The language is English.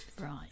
right